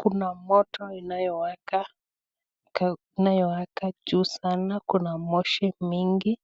Kuna moto inayowaka juu sana kuna moshi mingi.